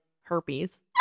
herpes